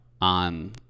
On